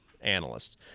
analysts